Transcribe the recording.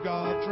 God